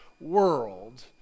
world